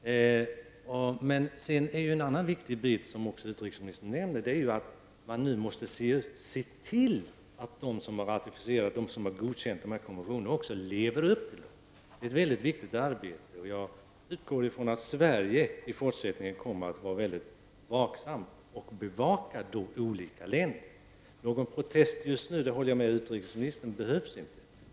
Men en annan viktig sak, som utrikesministern också nämner, är att man nu måste se till att de som ratificerat och godkänt barnkonventionen också lever upp till den. Det är ett mycket viktigt arbete. Jag utgår ifrån att Sverige i fortsättningen kommer att vara mycket vaksamt och bevaka de olika länderna. Jag håller med utrikesministern om att någon protest inte behövs just nu.